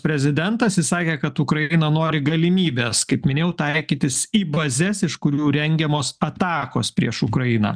prezidentas jis sakė kad ukraina nori galimybės kaip minėjau taikytis į bazes iš kurių rengiamos atakos prieš ukrainą